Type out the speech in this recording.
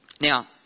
now